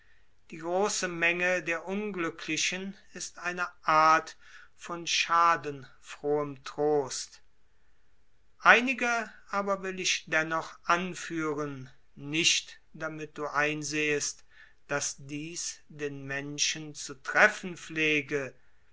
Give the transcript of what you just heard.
die große menge der ünglücklichen ist eine art von schadenfrohem trost einige aber will ich dennoch anführen nicht damit du einsehest daß dieß den menschen zu treffen pflege